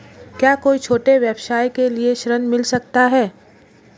क्या कोई छोटे व्यवसाय के लिए ऋण मिल सकता है?